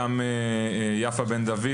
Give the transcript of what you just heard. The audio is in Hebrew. גם יפה בן דוד